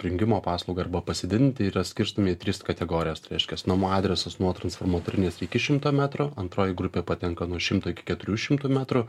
prijungimo paslaugą arba pasididinti yra skirstomi į tris kategorijas tai reiškiasi namų adresas nuo transformatorinės iki šimto metrų antroji grupė patenka nuo šimto iki keturių šimtų metrų